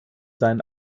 sein